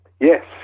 yes